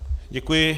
Děkuji.